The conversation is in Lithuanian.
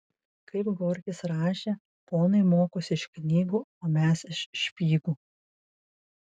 kaip gorkis rašė ponai mokosi iš knygų o mes iš špygų